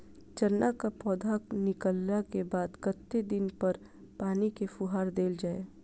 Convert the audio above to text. चना केँ पौधा निकलला केँ बाद कत्ते दिन पर पानि केँ फुहार देल जाएँ?